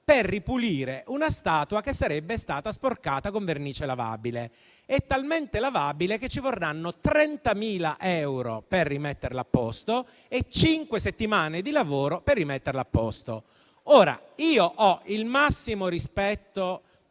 per ripulire una statua che sarebbe stata sporcata con vernice lavabile. È talmente lavabile che ci vorranno 30.000 euro e cinque settimane di lavoro per rimetterla a posto. Ora, io ho il massimo rispetto